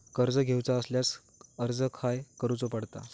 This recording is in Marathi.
कर्ज घेऊचा असल्यास अर्ज खाय करूचो पडता?